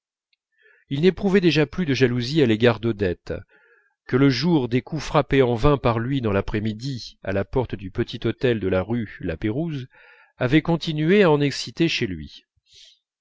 il n'éprouvait déjà plus de jalousie à l'égard d'odette que le jour des coups frappés en vain par lui l'après-midi à la porte du petit hôtel de la rue lapérouse avait continué à en exciter chez lui